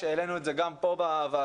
שהעלינו את זה גם פה בוועדה,